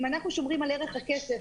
אם אנחנו שומרים על ערך הכסף,